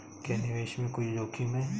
क्या निवेश में कोई जोखिम है?